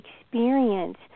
experience